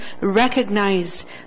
recognized